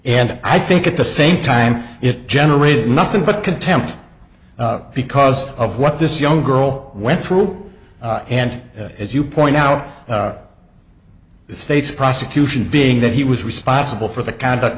and i think at the same time it generated nothing but contempt because of what this young girl went through and as you point out the state's prosecution being that he was responsible for the c